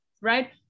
Right